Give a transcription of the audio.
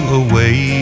away